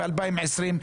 ב-2020,